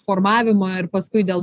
formavimui ir paskui dėl